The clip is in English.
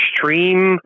stream